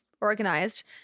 organized